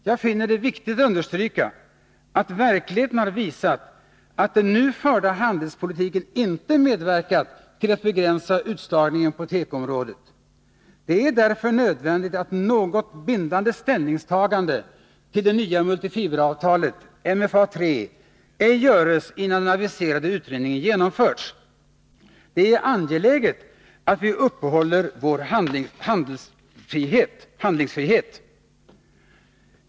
Jag finner det viktigt att understryka att verkligheten har visat att den nu förda handelspolitiken inte har medverkat till att begränsa utslagningen på tekoområdet. Det är därför nödvändigt att något bindande ställningstagande till det nya multifiberavtalet, MFA III, ej görs innan den aviserade utredningen har genomförts. Det är angeläget att vi uppehåller vår handlingsfrihet.